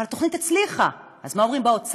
אבל התוכנית הצליחה, אז מה אומרים באוצר?